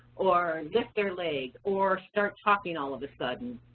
or lift their leg, or start talking all of a sudden.